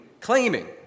claiming